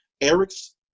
Eric's